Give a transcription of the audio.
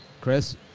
Chris